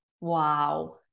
Wow